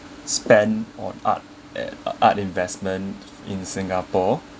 spent on art uh art investment in singapore